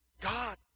God